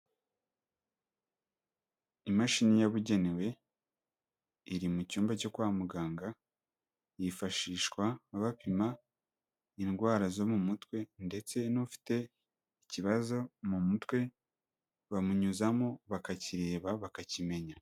Imashini yabugenewe, iri mu cyumba cyo kwa muganga, yifashishwa bapima indwara zo mu mutwe ndetse n'ufite ikibazo mu mutwe bamunyuzamo, bakakireba, bakakimenya.